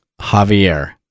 javier